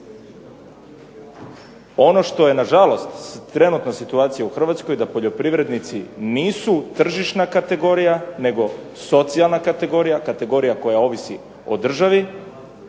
Ono što je, nažalost, trenutna situacija u Hrvatskoj da poljoprivrednici nisu tržišna kategorija nego socijalna kategorija, kategorija koja ovisi o državi,